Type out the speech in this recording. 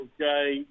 okay